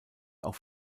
auch